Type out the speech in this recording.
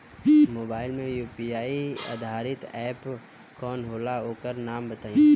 Mobile म UPI आधारित app कौन होला ओकर नाम बताईं?